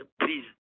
please